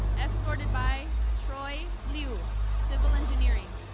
escorted by troy yue, civil engineering.